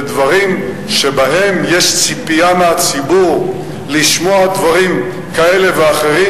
בדברים שבהם יש בציבור ציפייה לשמוע דברים כאלה ואחרים,